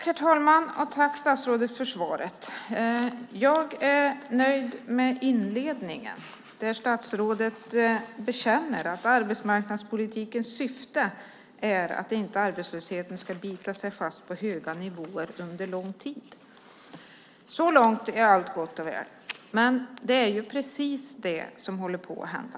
Herr talman! Tack för svaret, statsrådet! Jag är nöjd med inledningen där statsrådet bekänner att arbetsmarknadspolitikens syfte är att arbetslösheten inte ska bita sig fast på höga nivåer under lång tid - så långt är allt gott och väl - men det är ju precis det som håller på att hända!